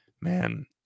Man